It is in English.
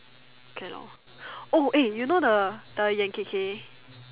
K lor oh eh you know the the Yan Kay Kay